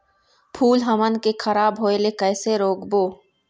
फूल हमन के खराब होए ले कैसे रोकबो?